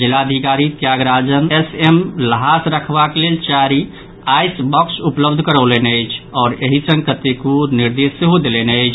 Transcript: जिलाधिकारी Tyagarajan S M ल्हास रखबाक लेल चारि आईसबॉक्स उपलब्ध करौलनि अछि आओर एहि संग कतेको निर्देश सेहो देलनि अछि